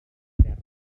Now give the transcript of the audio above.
terra